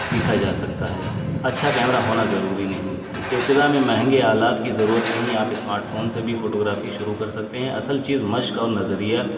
سیکھا جا سکتا ہے اچھا کیمرہ ہونا ضروری نہیں ابتدا میں مہنگی آلات کی ضرورت نہیں آپ اسمارٹ فون سے بھی فوٹوگرافی شروع کر سکتے ہیں اصل چیز مشق اور نظریہ